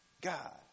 God